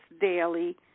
daily